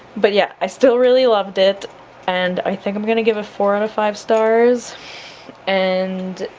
but yeah i still really loved it and i think i'm gonna give a four out of five stars and